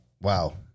Wow